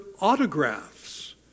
autographs